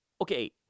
Okay